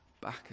back